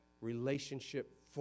relationship